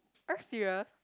are you serious